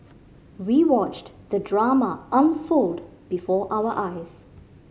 we watched the drama unfold before our eyes